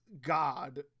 god